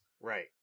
Right